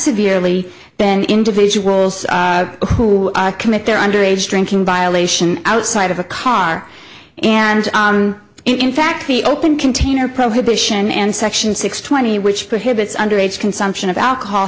severely then individuals who commit their underage drinking violation outside of a car and in fact the open container prohibit sion and section six twenty which prohibits underage consumption of alcohol